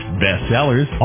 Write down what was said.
bestsellers